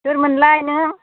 सोरमोनलाय नों